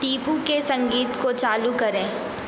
टीपू के संगीत को चालू करें